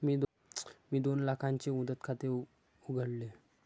मी दोन लाखांचे मुदत ठेव खाते उघडले